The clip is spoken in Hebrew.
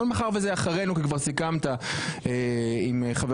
מאחר וזה אחרינו כי כבר סיכמת עם חבר